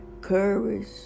Courage